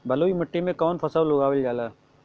बलुई मिट्टी में कवन फसल उगावल जाला?